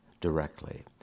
directly